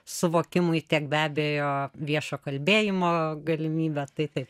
suvokimui tiek be abejo viešo kalbėjimo galimybė tai taip